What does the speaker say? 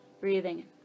breathing